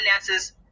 finances